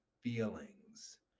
Feelings